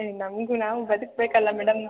ಹೇ ನಮಗೂ ನಾವು ಬದುಕಬೇಕಲ್ಲ ಮೇಡಮ್